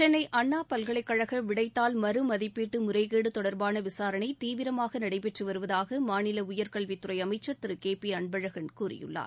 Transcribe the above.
சென்னைஅண்ணாபல்கலைக்கழகவிடைத்தாள் மறு மதிப்பீட்டுமுறைகேடுதொடர்பானவிசாரணைதீவிரமாகநடைபெற்றுவருவதாகமாநிலஉயர்கல்வித்துறைஅமைச்சர் திருகேபிஅன்பழகன் கூறியுள்ளார்